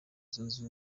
zunze